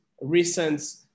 Recent